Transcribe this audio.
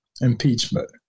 impeachment